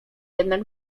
jednak